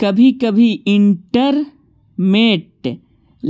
कभी कभी इंटरमेंट